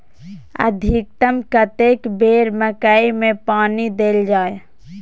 अधिकतम कतेक बेर मकई मे पानी देल जाय?